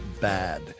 bad